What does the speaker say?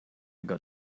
got